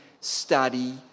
study